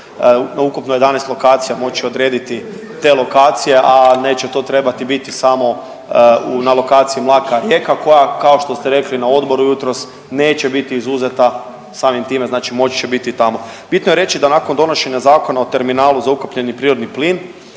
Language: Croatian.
na ukupno 11 lokacijama moći odrediti te lokacije, a neće to trebati biti samo u, na lokaciji Mlaka-Rijeka kao što ste rekli na odboru jutros, neće biti izuzeta samim time, znači moći će biti tamo. Bitno je reći da nakon donošenja Zakona o terminalu za ukapljeni prirodni plin